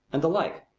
and the like.